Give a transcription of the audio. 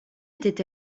était